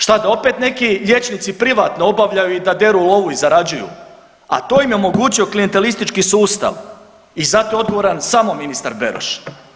Šta, da opet neki liječnici privatno obavljaju i da deru lovu i zarađuju, a to im je omogućio klijentelistički sustav i zato je odgovoran samo ministar Beroš.